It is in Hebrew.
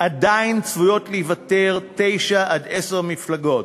עדיין צפויות להיוותר תשע עשר מפלגות,